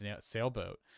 sailboat